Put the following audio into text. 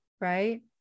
right